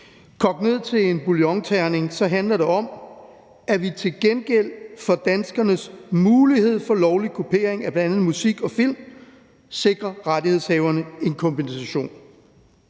Kogt ned til en bouillonterning handler det om, at vi til gengæld for danskernes mulighed for lovlig kopiering af bl.a. musik og film sikrer rettighedshaverne en kompensation.